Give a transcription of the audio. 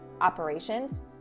operations